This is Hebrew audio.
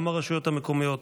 גם הרשויות המקומיות,